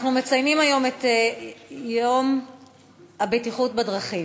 אנחנו מציינים היום את יום הבטיחות בדרכים.